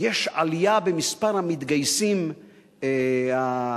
יש עלייה במספר המתגייסים החרדים,